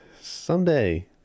Someday